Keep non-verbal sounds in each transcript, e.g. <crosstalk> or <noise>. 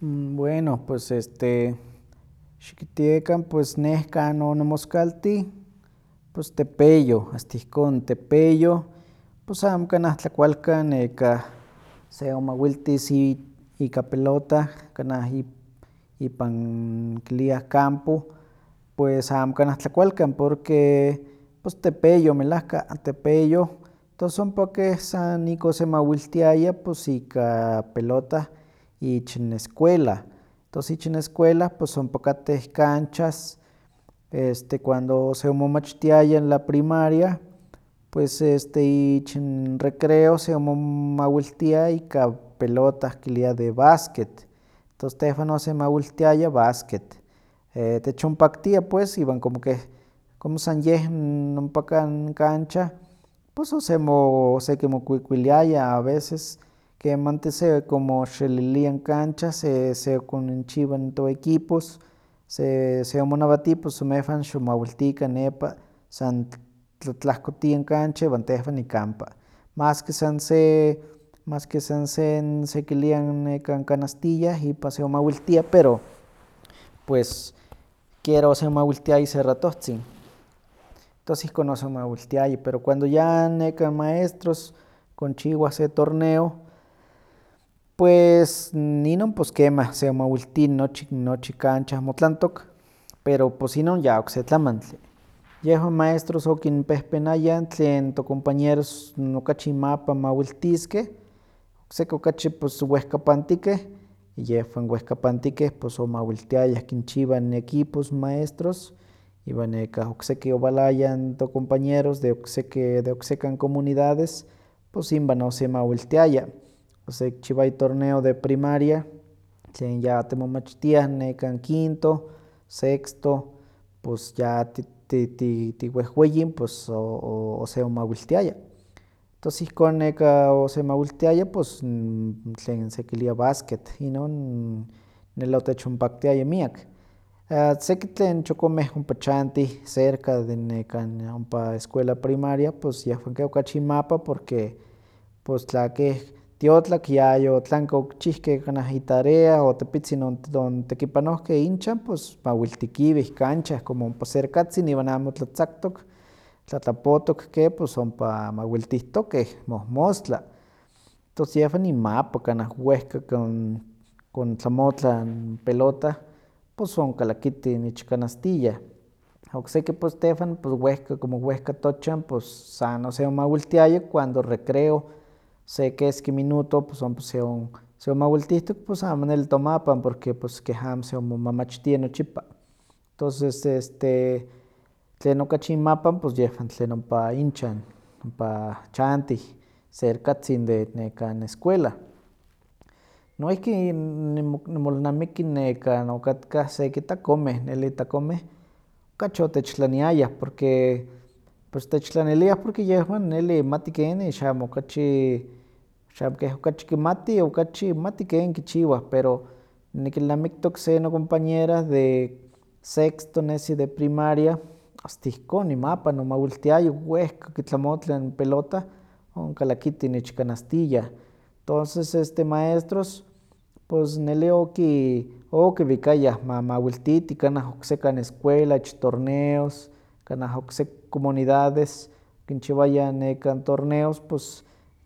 Bueno, pues este, xikitiekan, neh kan onimiskaltih, pues tepeyoh, asta ihon tepeyoh, pues amo kanah tlakualkan nekah seonmawiltis i- ika pelota, kanah ip- ipan kiliah campo, pues amo kanah tlakualkan porque pues tepeyoh melahka, tepeyoh tos ompa keh san ika osemawiltiaya pos ika pelota ich n escuela, tos ich n escuela pos ompa kateh canchas este cuando se onmomachtiaya la primaria, pues este ich n recreo seonmawiltiah ika pelotah kiliah de básquet, tos tehwan osemawiltiaya básquet, <hesitation> techonpaktia pues iwan como keh como san yeh n ompakah n cancha pues osemo- osekimokuikuiliaya a veces kemanti sekonmoxelilia n cancha, sekoninchiwa toequipos, seonmonawati pus onmehwan xonmawiltikan nepa san tl- tlatlahkotian cancha iwan tehwan nikampa, maski san se maski san se n sekilia nekan canastilla ipan se onmawiltia pero pues kiera osemawiltiaya se raohtzin, tos ihkon oseonmawiltiaya pero cuando ya nekan maestros konchiwah se torneo pues n inon pues kemah seonmawilti nochi- nochi cancha motlantok, pero pos inon ya okse tlanantli. Yehwan maestros okinpehpenayah n tlen tocompañeros n okachi inmapan mawiltiskeh okseki okachi pues wehkapantikeh, yehwan wehkapantikeh pos omawiltiayah kinchiwah n equipos maestros iwan nekah okseki owalayah n tocompañeros de okseki de oksekan comunidades pus inwan osemawiltiaya, osekichiwaya torneo de primaria, tlen yatimomachtiah quinto, sexto, pus ya ti- ti- tiwehweyin o- o- oseonmawiltiaya. Tos ihkon neka osemawiltiaya pus tlen sekilia b+asquet, inon neli otechpnpaktiaya miak. Seki tlen chokomeh ompa chantih cerca de nekan ompa escuela primaria, pues yehwan keh okachi inmapan porque pus tla keh tiotlak yayotlanki okichihkeh kanah itarea o tepitzin ontekipanohkeh inchan pus mawiltikiweh cancha ompa cerkatzin iwan como amo tlatzaktok, tlatlapotok ke pus ompa mawiltihtokeh mohmostla, tos yehwan inmapan kanah wehka kon- kontkamotlah pelota pus onkalakitin ich canastilla. Okseki pues tehwan wehka, como wehka tochan pus san oseonmawiltiaya cuando recreo se keski minuto pus ompa se onmawiltihtok pus amo neli tomapan porque pus que amo seonmomamachtia nochipa, toses este tlen okachi inmapan tlen yehwan tlen ompa inchan ompa chantih serkatzin de nekan escuela. Noihki nimolnamiki okatkah seki takoneh, neli takomeh okachi otechtlaniayah porque pues tlechtlaniliah porque yehwan mati keni xamo okachi xamo keh okachi kimatih okachi matiken kichiwah pero nikilnamiktok se nocompañera de sexto nesi de primaria asta ihkon imapan omawiltiaya wehka kitlamotla n pelota, onkalakitin ich canastilla, tonses este maestros pos neli oki- okiwikayah ma mawiltiti kanah oksekan escuelas ich torneos, kanah oksek comunidades, okinchiwayah nekan torneos pus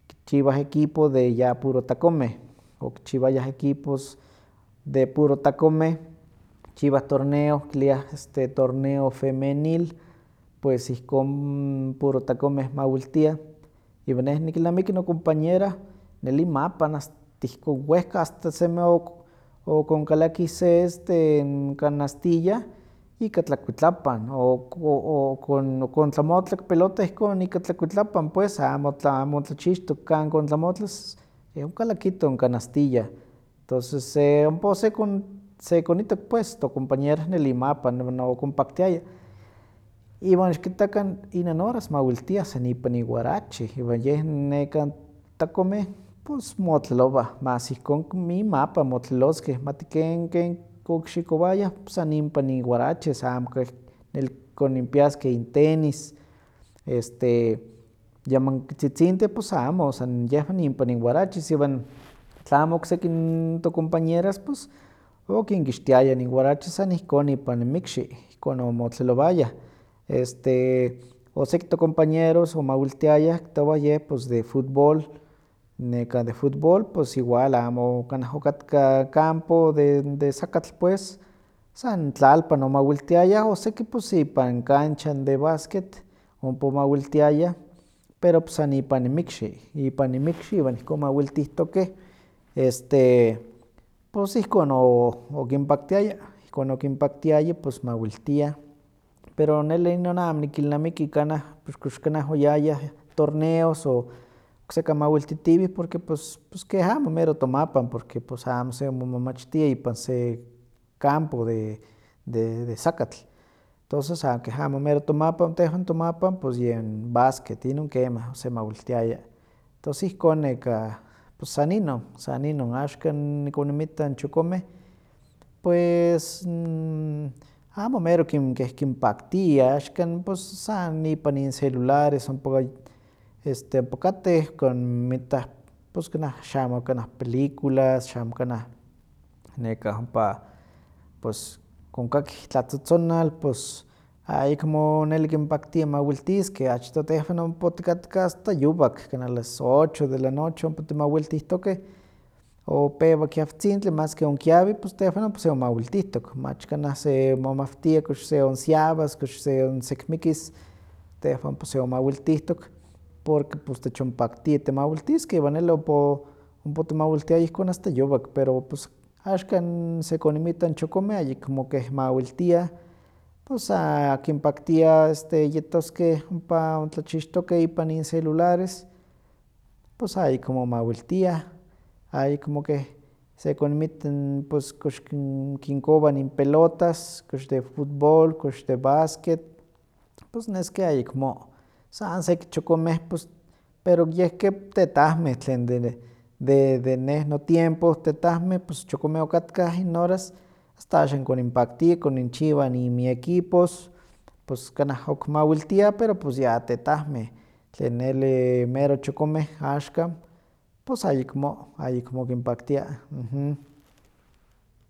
kichiwah equipo de ya puro takomeh, okichiwayah equipos de puro takomeh, kichiwah torneo kiliah torneo femenil pues eihkon puro takomeh mawilitiah, iwan neh nikilnamiki nocompañera neli imapan asta ihkon wehka asta semi ok- okonkalakih se este n canastilla ika tlakuitlapan o- o- okon- okontlamotlak pelota ihkon ika tlakuitlapan pues amo- amo ontlachixtok kan kontlamotlas yeh onkalakito n canastilla, tonses se ompa osekon- sekonitok pues tocompañera neli imapan iwan no okonpaktiaya. Iwan xikitakan inon horas mawiltiah san ipan iwarache iwan yeh nekan takomeh pus motlalowan mas ihkon como imapan motlaloskeh mati ken- ken okixikowayah san impan inwaraches, amo keh neli konimpiaskeh intenis este yamankitzitzintih pues amo san yehwan impan inwaraches, tlamo okseki n tocompañeras pus okinkixtiayah inwaraches san ihkon ipan inmikxi, ihkon omotlelowayah, este, o seki tocompañeros omawiltiayah kihtowa yeh pues de futbol nekah de futbol pues igual amo kanah okatka campo de de sakatl pues, san tlalpan omawiltiayah o seki pus ipan cancha de básquet ompa omawiltiayah pero san ipan inmikxi, ipan inmikxi iwan ihkon mawiltihtokeh este pus ihkon okinpaktiaya, ihkon okinpaktiayua pus mawiltiah pero neli inon amo nikilnamiki kanah kox- kox kanah oyayah torneos o oksekan mawiltitiweh porque pus keh amo mero tomapan, porque pus amo se onmomamachtia ipan se campo de de sakatl, tonses san keh amo mero tomapan, tehwan tomapan pus yen básquet, inon kemah osemawiltiaya. Tos ihkon nekah san inon, san inon. Axkan nikoninmitta n chokomeh pues <hesitation> amo mero kin- keh kinpaktia, axkan pus san ipan incelulares ompa- este- ompa kateh koninmitah pus kanah xamo kanah peliculas, xamo kanah nekah ompa pus konkakih tlatzotzonal, pus ayekmo neli kinpaktia mawiltiskeh, achtoh tehwan ompa otikatka asta yowak, kanah a las ocho de la noche ompa timawiltihtokeh, o pewa kiahtzintli maski onkiawi pus tehwan ompa seonmawiltihtok, mach kanah se momahtia kox se onsiawas, kox se onsekmikis, tehwan pus seonmawiltihtok, porque pus techonpaktia timawiltiskeh, iwan neli ompa o- ompa otimawiltiayah ihkon asta yowak pero pues axkan sekoninmita chokomeh, ayekmo keh mawiltiah, pues sa kinpaktia yetoskeh ompa ontlachixtokeh ipan incelulares, pues ayekmo mawiltia, ayekmo keh sekoninmita kox keh kinkowah in pelotas, kox de futbol, kox de básquet, pus nes keh ayemo, san seki chokomeh pus pero yeh keh tetahmeh tlen de- de- de neh notiempo tetahmeh pus chokomeh okatkah inon horas asta axan konimpakti koninchiwah inmiequipos, pus kanah ok mawiltia pero pus ya tetahmeh, tlen neli mero chokomeh axkan, pus ayekmo, ayekmo kinpaktia. <hesitation>